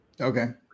Okay